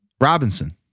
Robinson